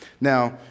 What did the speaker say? Now